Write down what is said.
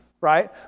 right